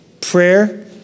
prayer